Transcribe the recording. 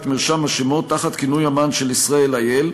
את מרשם השמות תחת כינוי המען של ישראל il.